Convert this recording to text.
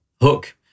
Hook